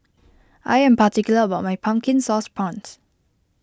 I am particular about my Pumpkin Sauce Prawns